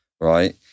right